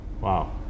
Wow